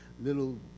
little